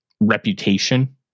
reputation